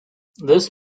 this